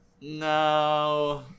No